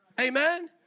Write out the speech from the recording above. Amen